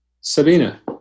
Sabina